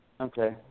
Okay